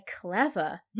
clever